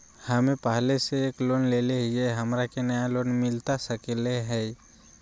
हमे पहले से एक लोन लेले हियई, हमरा के नया लोन मिलता सकले हई?